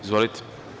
Izvolite.